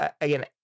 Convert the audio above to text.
again